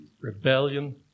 Rebellion